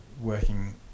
working